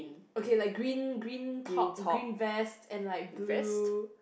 okay like green green top green vest and like blue